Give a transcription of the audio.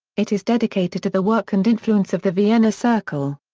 it is dedicated to the work and influence of the vienna circle.